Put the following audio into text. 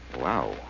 Wow